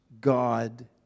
God